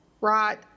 right